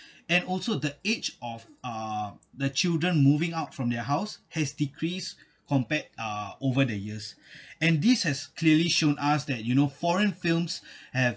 and also the age of uh the children moving out from their house has decrease compared uh over the years and this has clearly shown us that you know foreign films have